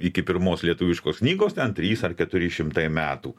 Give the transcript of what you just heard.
iki pirmos lietuviškos knygos ten trys ar keturi šimtai metų